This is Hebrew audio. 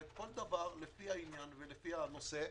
וכל דבר לפי העניין ולפי הנושא.